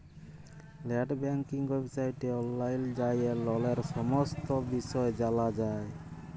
late banking ওয়েবসাইটে অললাইল যাঁয়ে ললের সমস্ত বিষয় জালা যায়